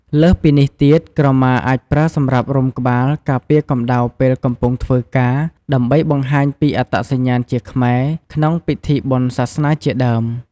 លើសពីនេះទៀត ក្រមាអាចប្រើសម្រាប់រុំក្បាល ការពារកម្ដៅពេលកំពុងធ្វើការ ដើម្បីបង្ហាញពីអត្តសញ្ញាណជាខ្មែរ ក្នុងពិធីបុណ្យសាសនាជាដើម។